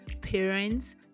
parents